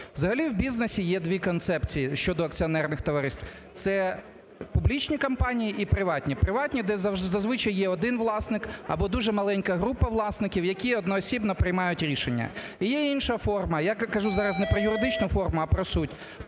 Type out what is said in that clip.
Взагалі, в бізнесі є дві концепції щодо акціонерних товариств – це публічні компанії і приватні. Приватні, де зазвичай є один власник або дуже маленька група власників, які одноосібно приймають рішення. І є інша форма, я кажу зараз не про юридичну форму, а про суть,